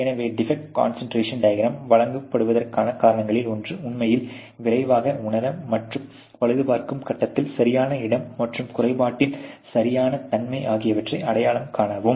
எனவே defect concentration diagram வழங்கப்படுவதற்கான காரணங்களில் ஒன்று உண்மையில் விரைவாக உணர மற்றும் பழுதுபார்க்கும் கட்டத்தில் சரியான இடம் மற்றும் குறைபாட்டின் சரியான தன்மை ஆகியவற்றை அடையாளம் காணவும்